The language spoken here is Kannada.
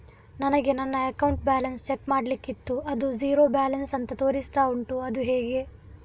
ನನಗೆ ನನ್ನ ಅಕೌಂಟ್ ಬ್ಯಾಲೆನ್ಸ್ ಚೆಕ್ ಮಾಡ್ಲಿಕ್ಕಿತ್ತು ಅದು ಝೀರೋ ಬ್ಯಾಲೆನ್ಸ್ ಅಂತ ತೋರಿಸ್ತಾ ಉಂಟು ಅದು ಹೇಗೆ?